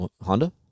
Honda